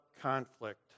conflict